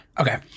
Okay